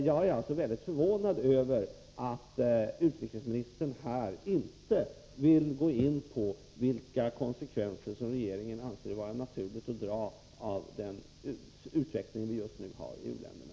Jag är alltså mycket förvånad över att utrikesministern här inte vill gå in på vilka konsekvenser regeringen anser det vara naturligt att dra av den utveckling man just nu har i u-länderna.